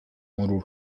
مرور